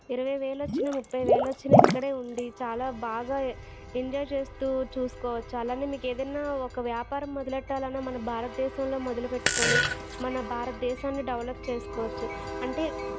ఇరవై వేలు వచ్చిన ముప్పై వేలు వచ్చిన ఇక్కడే ఉండి చాలా బాగా ఎంజాయ్ చేస్తూ చూసుకోవచ్చు అలానే మీకు ఏదన్న ఒక వ్యాపారం మొదలెట్టాలన్న మన భారతదేశంలో మొదలు పెట్టుకుని మన భారతదేశాన్ని డెవలప్ చేసుకోవచ్చు అంటే